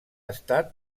estat